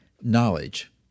knowledge